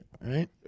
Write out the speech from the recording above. right